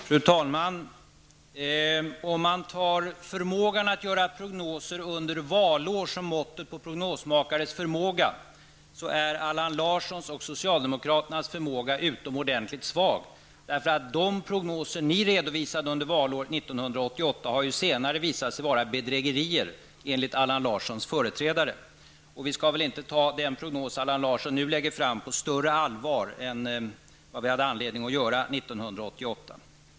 Fru talman! Om man tar förmågan att göra prognoser under valår som måttet på prognosmakares förmåga är Allan Larssons och socialdemokraternas förmåga utomordentligt svag. De prognoser som ni redovisade under valåret 1988 har ju senare, enligt Allan Larssons företrädare, visat sig vara bedrägerier. Vi skall väl inte ta den prognos som Allan Larsson nu lägger fram på större allvar än prognosen 1988.